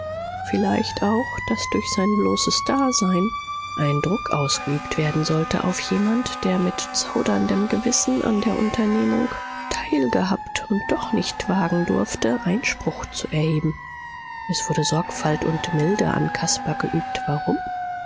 vielleicht auch daß durch sein bloßes dasein ein druck ausgeübt werden sollte auf jemand der mit zauderndem gewissen an der unternehmung teilgehabt und doch nicht wagen durfte einspruch zu erheben es wurde sorgfalt und milde an caspar geübt warum